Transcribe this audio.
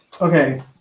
Okay